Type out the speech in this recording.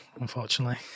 unfortunately